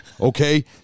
okay